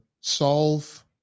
solve